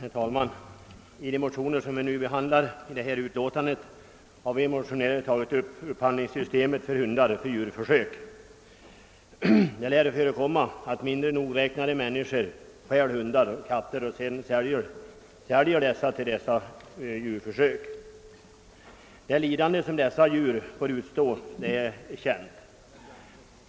Herr talman! I de motioner som detta utskottsutlåtande behandlar har vi motionärer tagit upp upphandlingssystemet med hundar för djurförsök. Det lär förekomma att mindre nogräknade människor stjäl hundar och katter och sedan säljer dessa för djurförsök. Det lidande som dessa djur får utstå är känt.